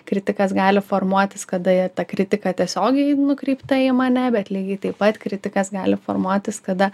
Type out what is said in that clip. kritikas gali formuotis kada ji ta kritika tiesiogiai nukreipta į mane bet lygiai taip pat kritikas gali formuotis kada